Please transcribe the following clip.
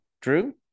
Drew